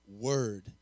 word